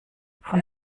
von